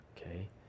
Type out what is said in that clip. okay